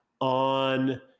on